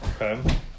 Okay